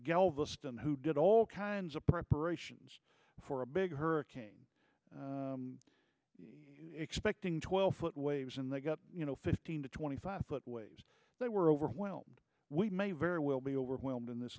galveston who did all kinds of preparations for a big hurry expecting twelve foot waves and they got you know fifteen to twenty five foot waves they were overwhelmed we may very well be overwhelmed in this